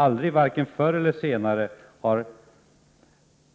Aldrig, varken förr eller senare,